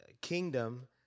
kingdom